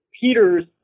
Peter's